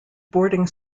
boarding